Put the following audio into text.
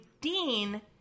Dean